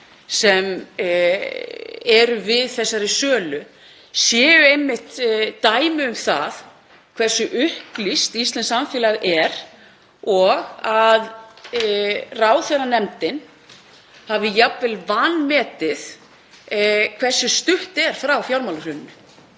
sem eru við þessari sölu, sé einmitt dæmi um það hversu upplýst íslenskt samfélag er og að ráðherranefndin hafi jafnvel vanmetið hversu stutt er frá fjármálahruninu